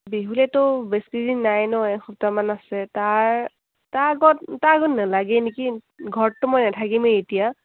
বিহুলৈতো বেছিদিন নায়ে ন এসপ্তাহমান আছে তাৰ তাৰ আগত তাৰ আগত নেলাগে নেকি ঘৰতটো মই নেথাকিমেই এতিয়া